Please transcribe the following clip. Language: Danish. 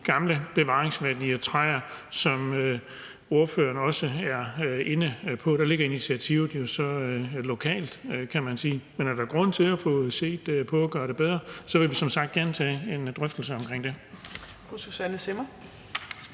gamle bevaringsværdige træer, som ordføreren også er inde på. Der ligger initiativet jo så lokalt, kan man sige. Men er der grund til at få set på at gøre det bedre, vil vi som sagt gerne tage en drøftelse omkring det.